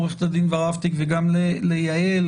עו"ד ורהפטיג וגם ליעל,